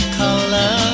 color